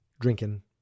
drinking